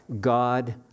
God